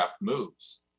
moves